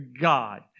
God